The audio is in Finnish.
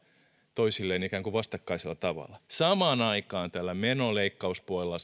toisilleen ikään kuin vastakkaisella tavalla samaan aikaan menoleikkauspuolella